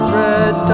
red